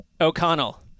O'Connell